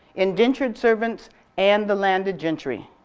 indentured servants and landed gentry.